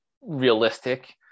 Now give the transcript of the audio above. realistic